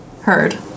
heard